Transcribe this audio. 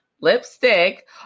lipstick